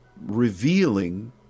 revealing